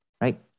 right